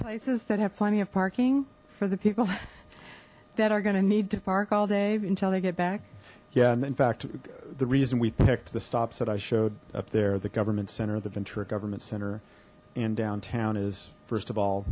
places that have plenty of parking for the people that are gonna need to park all day until they get back yeah and in fact the reason we picked the stops that i showed up there the government center the ventura government center and downtown is first of all